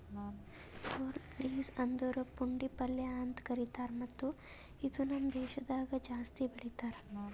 sorrel leaves ಅಂದುರ್ ಪುಂಡಿ ಪಲ್ಯ ಅಂತ್ ಕರಿತಾರ್ ಮತ್ತ ಇದು ನಮ್ ದೇಶದಾಗ್ ಜಾಸ್ತಿ ಬೆಳೀತಾರ್